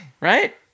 right